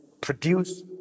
produce